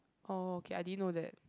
oh okay I didn't know that